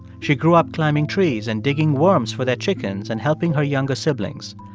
she grew up climbing trees and digging worms for their chickens and helping her younger siblings.